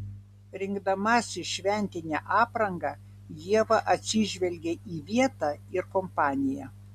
rinkdamasi šventinę aprangą ieva atsižvelgia į vietą ir kompaniją